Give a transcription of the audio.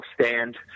stand